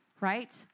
right